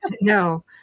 no